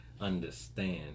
understand